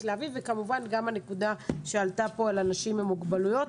וכמובן גם הנקודה שעלתה פה על אנשים עם מוגבלויות,